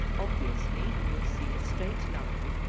obviously you will see a straight line,